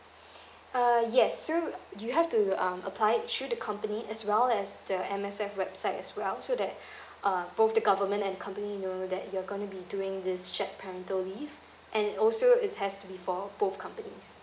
uh yes so you have to um apply through the company as well as the M_S_F website as well so that uh both the government and company know that you're going to be doing this shared parental leave and also it has to be for both companies